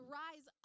rise